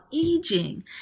aging